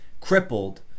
crippled